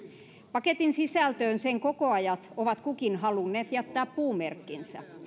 paketin sisältöön sen kokoajat ovat kukin halunneet jättää puumerkkinsä